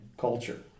culture